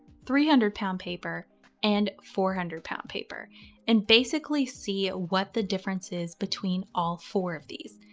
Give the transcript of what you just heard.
three hundred lb paper and four hundred lb paper and basically see what the difference is between all four of these.